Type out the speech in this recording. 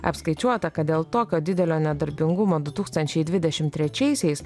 apskaičiuota kad dėl tokio didelio nedarbingumo du tūkstančiai dvidešim trečiaisiais